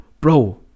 bro